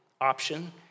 option